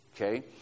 Okay